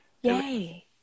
Yay